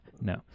no